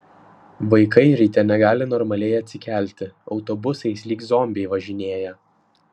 vaikai ryte negali normaliai atsikelti autobusais lyg zombiai važinėja